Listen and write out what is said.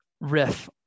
riff